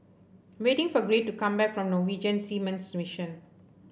I'm waiting for Gray to come back from Norwegian Seamen's Mission